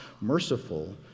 merciful